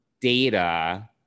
Data